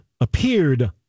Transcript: appeared